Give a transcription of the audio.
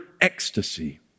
ecstasy